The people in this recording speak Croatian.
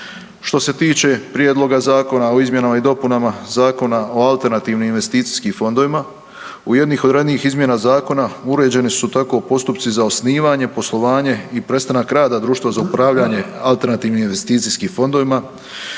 Što se tiče Prijedloga zakona o izmjenama i dopunama Zakona o alternativnim investicijskim fondovima u jednim od ranijih izmjena zakona uređene su tako postupci za osnivanje, poslovanje i prestanak rada društva za upravljanje alternativnim investicijskim fondovima.